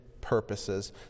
purposes